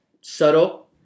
subtle